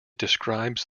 describes